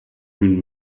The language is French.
une